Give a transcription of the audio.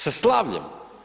Sa slavljem.